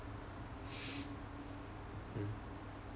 mm